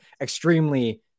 extremely-